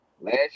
Last